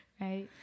Right